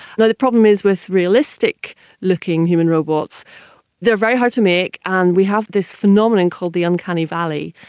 and the problem is with realistic looking human robots they are very hard to make and we have this phenomenon called the uncanny valley,